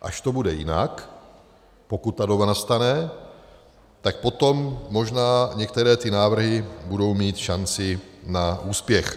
Až to bude jinak, pokud ta doba nastane, tak potom možná některé ty návrhy budou mít šanci na úspěch.